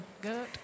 Good